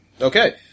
Okay